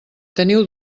teniu